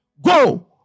Go